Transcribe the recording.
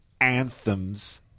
anthems